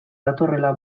datorrela